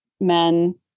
men